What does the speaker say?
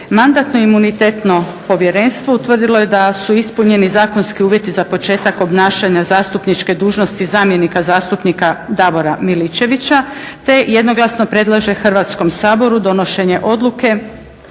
Mandatno-imunitetno povjerenstvo utvrdilo je da su ispunjeni zakonski uvjeti za početak obnašanja zastupničke dužnosti zamjenika zastupnika Davora Miličevića te jednoglasno predlaže Hrvatskom saboru donošenje odluke